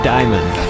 Diamond